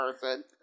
person